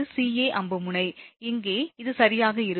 ca அம்பு முனை இங்கே அது சரியாக இருக்கும்